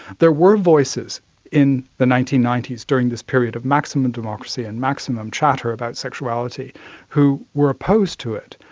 there were voices in the nineteen ninety s during this period of maximum democracy and maximum chatter about sexuality who were opposed to it,